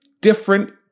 different